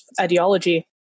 ideology